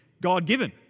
God-given